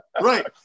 Right